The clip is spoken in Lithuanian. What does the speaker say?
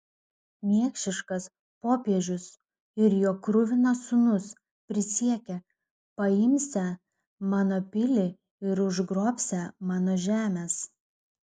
niekšiškas popiežius ir jo kruvinas sūnus prisiekė paimsią mano pilį ir užgrobsią mano žemes